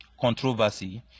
controversy